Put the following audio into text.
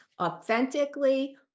authentically